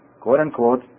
quote-unquote